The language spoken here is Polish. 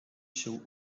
się